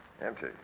Empty